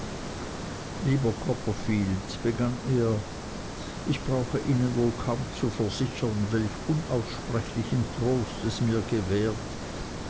lieber copperfield begann er ich brauche ihnen wohl kaum zu versichern welch unaussprechlichen trost es mir gewährt